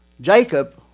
Jacob